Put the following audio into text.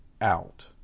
out